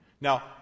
now